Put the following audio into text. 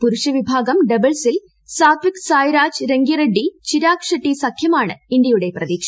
പുരുഷ വിഭാഗം ഡബിൾസിൽ സത്വിക് സായ്രാജ് രങ്കി റെഡ്ഡി ചിരാഗ് ഷെട്ടി സഖ്യമാണ് ഇന്ത്യയുടെ പ്രതീക്ഷ